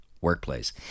workplace